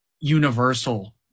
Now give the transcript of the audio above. universal